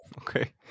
Okay